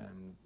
and